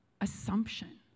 assumption